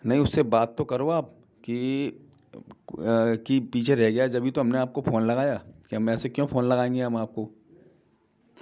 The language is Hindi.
नहीं उससे बात तो करो आप कि कि पीछे रह गया जभी तो हमने आपको फोन लगाया कि हम ऐसे क्यों फोन लगाएंगे हम आपको